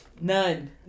None